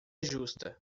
justa